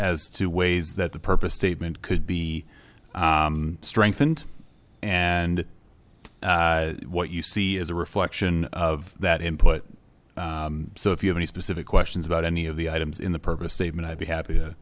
as to ways that the purpose statement could be strengthened and what you see is a reflection of that input so if you have any specific questions about any of the items in the purpose statement i'd be happy to